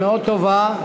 מאוד טובה,